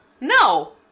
No